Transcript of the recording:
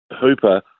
Hooper